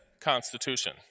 Constitution